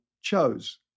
chose